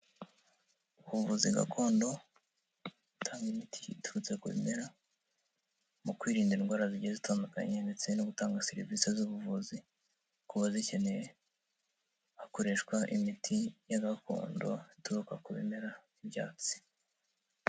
Ubuvuzi gakondo butanga imiti iturutse ku bimera, mu kwirinda indwara, zigeze zitandukanye, ndetse no gutanga serivisi z'ubuvuzi ku ba zikeneye, hakoreshwa imiti ya gakondo ituruka ku bimera by'ibyatsi.